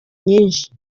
nyinshi